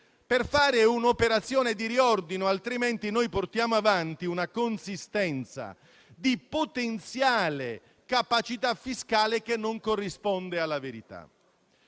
per fare un'operazione di riordino, altrimenti portiamo avanti una consistenza di potenziale capacità fiscale che non corrisponde alla verità.